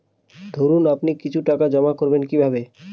ধরুন আপনি কিছু টাকা জমা করবেন কিভাবে?